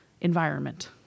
environment